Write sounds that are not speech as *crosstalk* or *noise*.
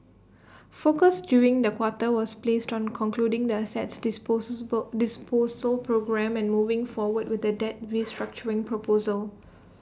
focus during the quarter was placed on concluding the assets *unintelligible* disposal programme and moving forward with the debt restructuring proposal